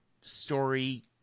story